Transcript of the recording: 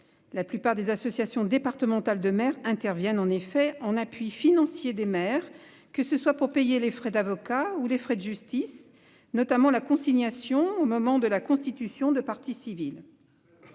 La plupart des associations départementales de maires interviennent, en effet, en appui financier, que ce soit pour payer les frais d'avocat ou les frais de justice, notamment la consignation au moment de la constitution de partie civile.